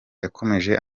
yakomeje